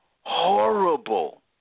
horrible